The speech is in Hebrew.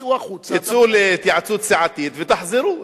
צאו החוצה, צאו להתייעצות סיעתית ותחזרו.